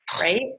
right